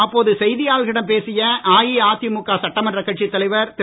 அப்போது செய்தியாளர்களிடம் பேசிய அஇஅதிமுக சட்டமன்றக் கட்சித் தலைவர் திரு